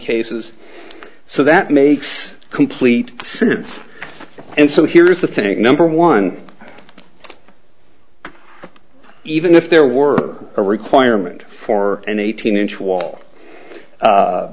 cases so that makes complete and so here's the thing number one even if there were a requirement for an eighteen inch wall